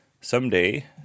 Someday